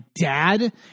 dad